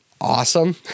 awesome